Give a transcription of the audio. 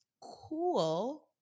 cool